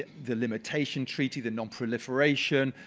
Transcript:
the limitation treaty, the nonproliferation,